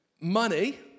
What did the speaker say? money